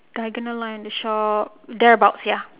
diagonal line the shop thereabouts ya